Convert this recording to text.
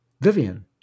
Vivian